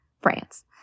France